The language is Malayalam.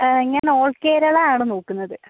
ആ ഞാൻ ഓൾ കേരള ആണ് നോക്കുന്നത്